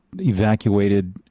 evacuated